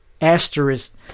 asterisk